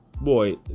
boy